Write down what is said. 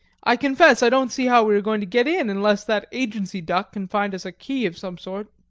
i confess i don't see how we are going to get in unless that agency duck can find us a key of some sort